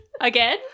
again